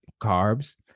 carbs